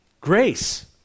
grace